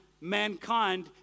mankind